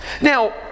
Now